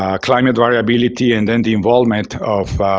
ah climate variability, and then the involvement of